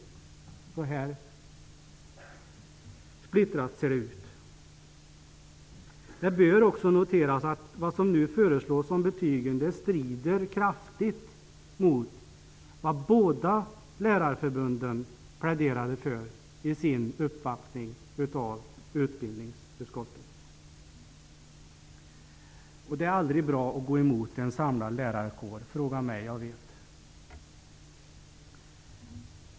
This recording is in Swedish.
Så här splittrat ser det ut. Det bör också noteras att vad som nu föreslås när det gäller betygen kraftigt strider mot vad båda lärarförbunden pläderade för vid sin uppvaktning av utbildningsutskottet. Det är aldrig bra att gå emot en samlad lärarkår -- fråga mig, jag vet!